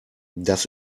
das